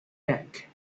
back